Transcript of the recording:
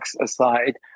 aside